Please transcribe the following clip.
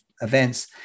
events